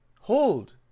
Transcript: Hold